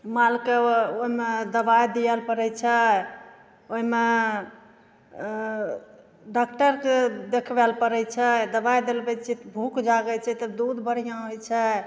मालके ओहिमे दवाइ दिए पड़ै छै ओहिमे डॉकटरके देखबैले पड़ै छै दवाइ दिलबै छिए तऽ भूख जागै छै तऽ दूध बढ़िआँ होइ छै